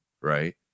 Right